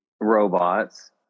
robots